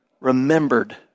remembered